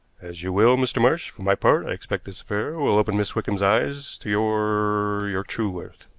as you will, mr. marsh. for my part, i expect this affair will open miss wickham's eyes to your your true worth.